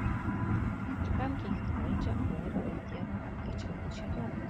ir kam keikti valdžią orą ar dievą kai čia pat šėtonas